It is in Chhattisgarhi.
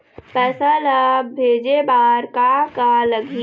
पैसा ला भेजे बार का का लगही?